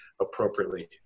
appropriately